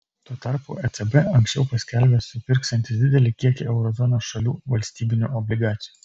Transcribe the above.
tuo tarpu ecb anksčiau paskelbė supirksiantis didelį kiekį euro zonos šalių valstybinių obligacijų